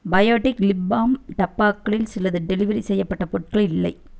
Biotique lip balm டப்பாக்களில் சிலது delivery செய்யப்பட்ட பொருட்களில் இல்லை